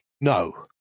No